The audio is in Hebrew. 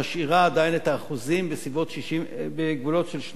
עדיין את האחוזים בגבולות של שני-שלישים,